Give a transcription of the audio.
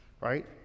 right